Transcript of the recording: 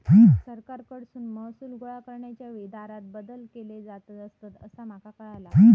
सरकारकडसून महसूल गोळा करण्याच्या वेळी दरांत बदल केले जात असतंत, असा माका कळाला